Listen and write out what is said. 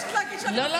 לא,